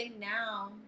now